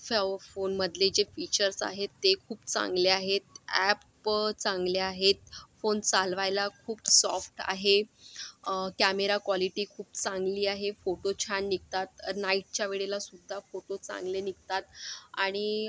फ फोनमधले जे फीचर्स आहेत ते खूप चांगले आहेत ॲप चांगले आहेत फोन चालवायला खूप सॉफ्ट आहे अ कॅमेरा क्वालिटी खूप चांगली आहे फोटो छान निघतात नाईटच्या वेळेलासुद्धा फोटो चांगले निघतात आणि अ